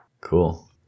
Cool